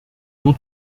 nur